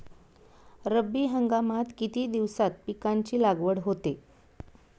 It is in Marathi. रब्बी हंगामात किती दिवसांत पिकांची लागवड होते?